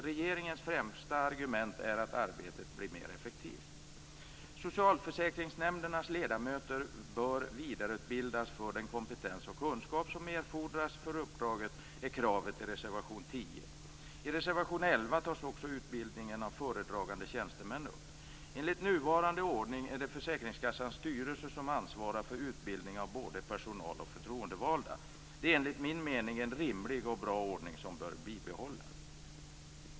Regeringens främsta argument är att arbetet blir mer effektivt. Socialförsäkringsnämndernas ledamöter bör vidareutbildas för den kompetens och kunskap som erfordras för uppdraget, är kravet i reservation 10. I reservation 11 tas också utbildningen av föredragande tjänstemän upp. Enligt nuvarande ordning är det försäkringskassans styrelse som ansvarar för utbildning av både personal och förtroendevalda. Det är enligt min mening en rimlig och bra ordning, som bör behållas.